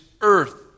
earth